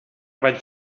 vaig